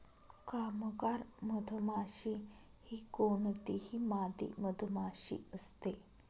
कामगार मधमाशी ही कोणतीही मादी मधमाशी असते